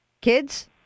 kids